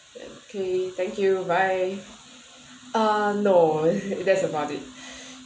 okay thank you bye uh no that's about it